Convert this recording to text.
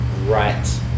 right